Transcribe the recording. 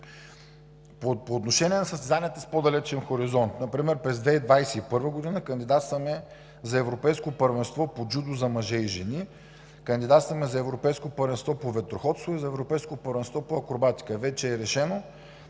По отношение на състезанията с по-далечен хоризонт. Например през 2021 г. кандидатстваме за Европейско първенство по джудо за мъже и жени, кандидатстваме за Европейско първенство по ветроходство и за Европейско първенство по акробатика. Вече е решено,